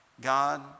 God